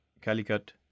Calicut